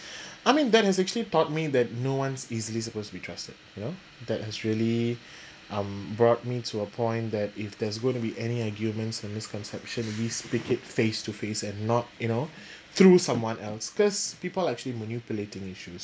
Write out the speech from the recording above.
I mean that has actually taught me that no one's easily supposed to be trusted you know that has really brought me to a point that if there's going to be any arguments and misconception we speak it face to face and not you know through someone else because people are actually manipulating issues